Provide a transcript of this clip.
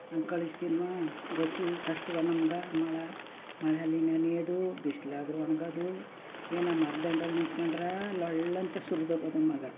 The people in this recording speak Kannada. ಅನ್ಕಳಿಸ್ತಿಲ್ವಾ ಒಸಿ ಕಷ್ಟವಾ ನಮ್ಗೆ ಮಳೆ ಮಳೆಯಲ್ಲಿ ನೆನೆಯೋದು ಬಿಸಿಲಾದ್ರೂ ಒಣ್ಗೋದು ಏನು ಮರ ದಂಡೆಲಿ ನಿಂತ್ಕೊಂಡ್ರೆ ಲೊಳ್ ಅಂತ ಸುರ್ದೋಗೋದು ಮಗ